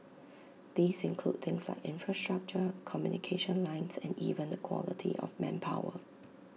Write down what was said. these include things like infrastructure communication lines and even the quality of manpower